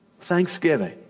thanksgiving